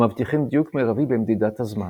המבטיחים דיוק מרבי במדידת הזמן.